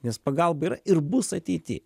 nes pagalba yra ir bus ateity